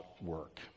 work